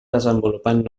desenvolupant